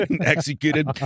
executed